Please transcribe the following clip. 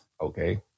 Okay